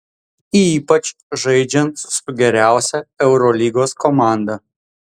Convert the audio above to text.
ypač žaidžiant su geriausia eurolygos komanda